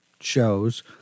shows